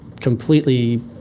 completely